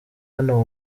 hano